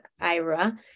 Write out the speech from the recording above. Ira